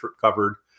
covered